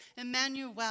Emmanuel